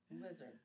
Lizard